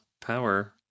power